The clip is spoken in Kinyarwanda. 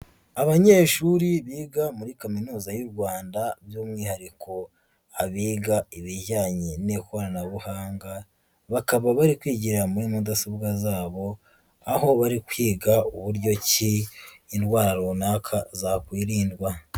Abanyeshuri biga muri Kaminuza y'u Rwanda by'umwihariko abiga ibijyanye n'ikoranabuhanga, bakaba bari kwigira muri mudasobwa zabo, aho bari kwiga uburyo ki indwara runaka zakwirindwa.